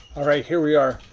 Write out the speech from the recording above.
alright, here we are.